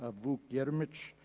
ah vuk jeremic,